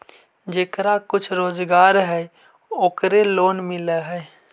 जेकरा कुछ रोजगार है ओकरे लोन मिल है?